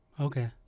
Okay